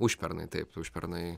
užpernai taip užpernai